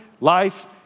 life